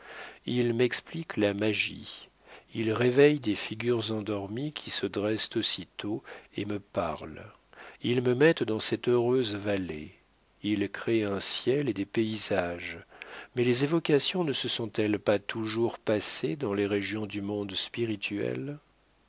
ils m'expliquent la magie ils réveillent des figures endormies qui se dressent aussitôt et me parlent ils me mettent dans cette heureuse vallée ils créent un ciel et des paysages mais les évocations ne se sont-elles pas toujours passées dans les régions du monde spirituel